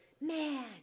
man